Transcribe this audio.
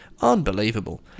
Unbelievable